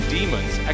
Demons